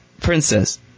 Princess